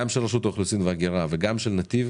גם של רשות האוכלוסין וההגירה וגם של נתיב,